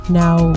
now